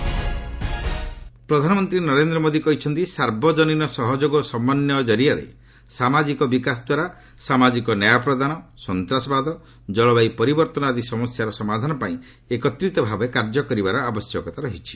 ମନ୍ କୀ ବାତ୍ ପ୍ରଧାନମନ୍ତ୍ରୀ ନରେନ୍ଦ୍ର ମୋଦି କହିଛନ୍ତି ସାର୍ବଜନୀନ ସହଯୋଗ ଓ ସମନ୍ୱୟ କରିଆରେ ସାମାଜିକ ବିକାଶଦ୍ୱାରା ସାମାଜିକ ନ୍ୟାୟ ପ୍ରଦାନ ସନ୍ତାସବାଦ କଳବାୟୁ ପରିବର୍ତ୍ତନ ଆଦି ସମସ୍ୟାର ସମାଧାନପାଇଁ ଏକତ୍ରିତ ଭାବରେ କାର୍ଯ୍ୟ କରିବାର ଆବଶ୍ୟକତା ରହିଛି